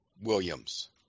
Williams